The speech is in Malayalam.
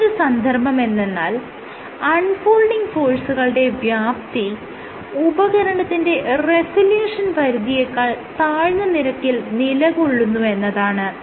മറ്റൊരു സന്ദർഭമെന്തെന്നാൽ അൺ ഫോൾഡിങ് ഫോഴ്സുകളുടെ വ്യാപ്തി ഉപകരണത്തിന്റെ റെസല്യൂഷൻ പരിധിയേക്കാൾ താഴ്ന്ന നിരക്കിൽ നിലകൊള്ളുന്നു എന്നതാണ്